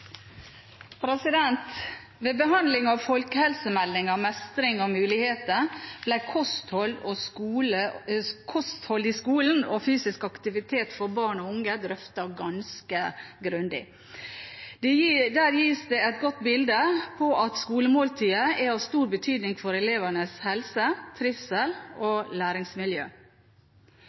Ved behandling av Folkehelsemeldingen – Mestring og muligheter ble kosthold i skolen og fysisk aktivitet for barn og unge drøftet ganske grundig. Der gis det et godt bilde på at skolemåltidet er av stor betydning for elevenes helse, trivsel og læringsmiljø.